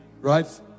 Right